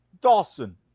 Dawson